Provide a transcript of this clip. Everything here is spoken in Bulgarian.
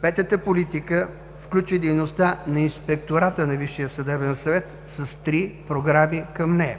Петата политика включва и дейността на Инспектората на Висшия съдебен съвет с три програми към нея.